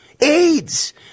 AIDS